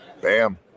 Bam